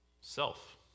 Self